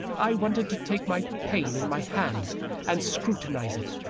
i wanted to take my pain in my hand and scrutinize it,